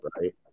right